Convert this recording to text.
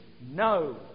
no